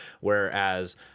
whereas